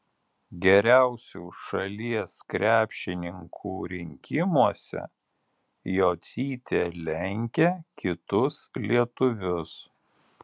geriausių šalies krepšininkų rinkimuose jocytė lenkia kitus lietuvius